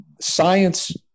science